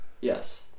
Yes